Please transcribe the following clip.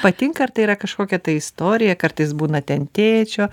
patinka ar tai yra kažkokia tai istorija kartais būna ten tėčio